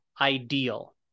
ideal